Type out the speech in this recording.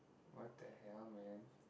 what the hell man